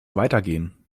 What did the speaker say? weitergehen